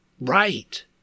Right